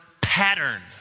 pattern